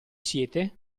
siete